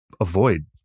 avoid